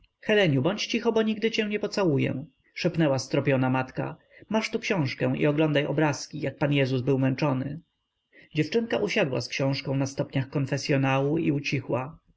bądź cicho bo nigdy cię nie pocałuję szepnęła strapiona matka masz tu książkę i oglądaj obrazki jak pan jezus był męczony dziewczynka usiadła z książką na stopniach konfesyonału i ucichła